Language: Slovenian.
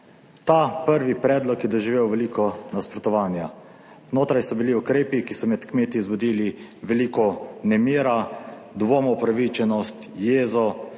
Ta prvi predlog je doživel veliko nasprotovanja Znotraj so bili ukrepi, ki so med kmeti vzbudili veliko nemira, dvom upravičenost, jezo,